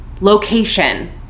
location